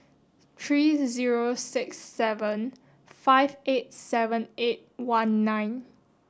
three zero six seven five eight seven eight one nine